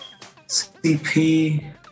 CP